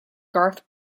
garth